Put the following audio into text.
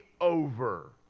over